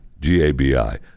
g-a-b-i